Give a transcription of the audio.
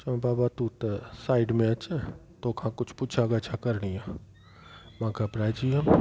चयूं बाबा तूं त साइड में अचु तोखा कुझु पुछा गछा करणी आहे मां घबराएजी वियुमि